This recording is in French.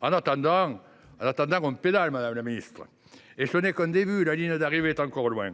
En attendant, on pédale, madame la ministre, et ce n’est qu’un début, car la ligne d’arrivée est encore loin